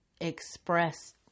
express